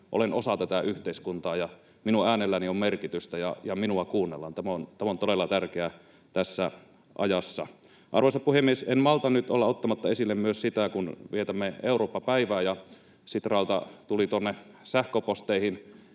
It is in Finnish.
olen osa tätä yhteiskuntaa ja minun äänelläni on merkitystä ja minua kuunnellaan. Tämä on todella tärkeää tässä ajassa. Arvoisa puhemies! En malta nyt olla ottamatta esille myös sitä, kun vietämme Eurooppa-päivää ja Sitralta tuli tuonne sähköposteihin